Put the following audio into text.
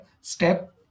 step